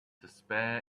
despair